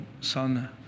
son